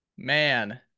Man